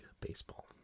baseball